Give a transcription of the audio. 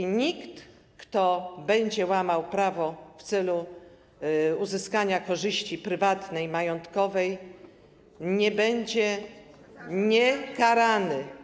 I nikt, kto będzie łamał prawo w celu uzyskania korzyści prywatnej, majątkowej, nie będzie niekarany.